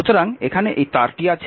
সুতরাং এখানে এই তারটি আছে